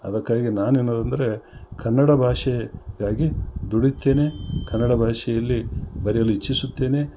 ಅದಕ್ಕಾಗಿ ನಾನೇನೂಂದರೆ ಕನ್ನಡ ಭಾಷೆಗಾಗಿ ದುಡಿತೇನೆ ಕನ್ನಡ ಭಾಷೆಯಲ್ಲಿ ಬರೆಯಲು ಇಚ್ಛಿಸುತ್ತೇನೆ